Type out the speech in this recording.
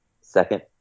second